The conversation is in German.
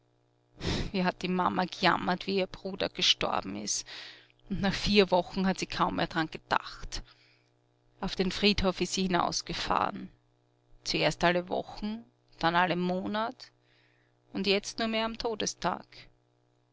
wie hat die mama gejammert wie ihr bruder gestorben ist und nach vier wochen hat sie kaum mehr d'ran gedacht auf den friedhof ist sie hinausgefahren zuerst alle wochen dann alle monat und jetzt nur mehr am todestag